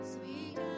Sweet